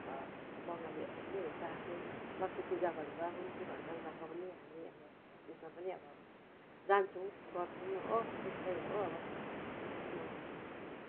बङ्गालीहरूको पनि हुन्छ आफ्नो आफ्नो लक्खी पूजा भन्छ कुनि के भन्छ उनीहरूको पनि हामी अब त्यसमा पनि अब जान्छौँ गर्छौँ हो त्यस्तै हो अब त्यसरी मनाउछौँ अब हामीले